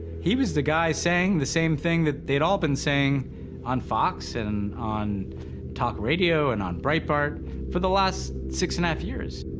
he was the guy saying the same thing that they'd all been saying on fox and and on talk radio and on breitbart for the last six-and-a-half years.